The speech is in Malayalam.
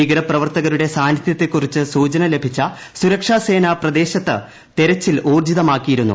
ഭീകര പ്രവർത്തകരുടെ സാന്നിധൃത്തെക്കുറിച്ച് സൂചന ലഭിച്ച സുരക്ഷാസേന പ്രദേശത്ത് തെരച്ചിൽ ഊർജ്ജിതമാക്കിയിരുന്നു